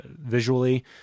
visually